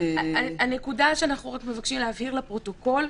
הנקודה שאנחנו מבקשים להבהיר לפרוטוקול,